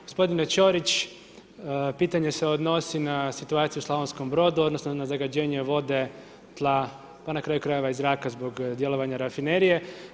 Gospodine Ćorić pitanje se odnosi na situaciju u Slavonskom Brodu, odnosno na zagađenje vode, tla pa na kraju krajeva i zraka zbog djelovanja rafinerije.